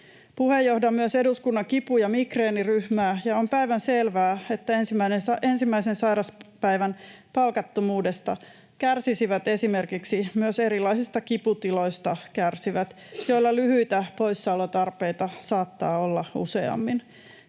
Puheenjohdan myös Eduskunnan kipu- ja migreeniryhmää, ja on päivänselvää, että ensimmäisen sairauspäivän palkattomuudesta kärsisivät esimerkiksi myös erilaisista kiputiloista kärsivät, joilla lyhyitä poissaolotarpeita saattaa olla useammin.